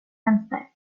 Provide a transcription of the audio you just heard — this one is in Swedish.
vänster